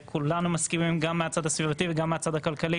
כולנו מסכימים גם מהצד הסביבתי וגם מהצד הכלכלי